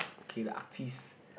okay the artist